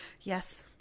Yes